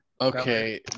Okay